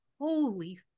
holy